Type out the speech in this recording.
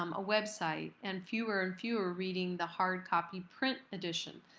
um a website. and fewer and fewer are reading the hard-copy print edition.